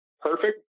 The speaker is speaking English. perfect